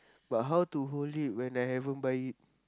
but how to hold it when I haven't buy it